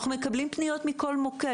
אנחנו מקבלים פניות מכל מוקד.